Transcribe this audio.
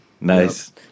Nice